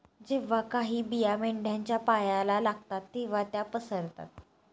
जेव्हा काही बिया मेंढ्यांच्या पायाला लागतात तेव्हा त्या पसरतात